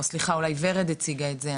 או סליחה אולי ורד הציגה את זה,